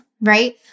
right